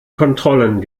kontrollen